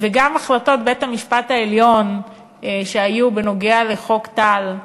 גם החלטות בית-המשפט העליון שהיו בנוגע לחוק טל,